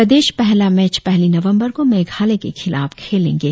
प्रदेश पहला मैंच पहली नवंबर को मेघालय के खिलाफ खेलेंगे